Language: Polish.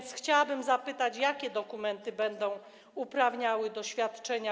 Chciałabym zapytać, jakie dokumenty będą uprawniały do wypłaty świadczenia.